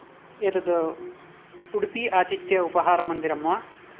एतद् उडूपी आतिथ्य उपहारमन्दिरं वा